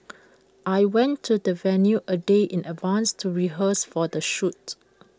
I went to the venue A day in advance to rehearse for the shoot